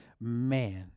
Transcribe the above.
man